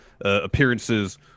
appearances